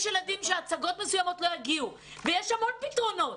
יש ילדים שהצגות מסוימות לא יגיעו ויש המון פתרונות.